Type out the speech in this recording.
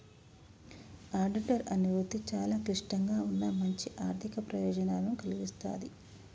auditor అనే వృత్తి చాలా క్లిష్టంగా ఉన్నా మంచి ఆర్ధిక ప్రయోజనాలను కల్గిస్తాది